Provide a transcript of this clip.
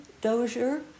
Dozier